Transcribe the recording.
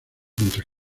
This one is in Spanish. mientras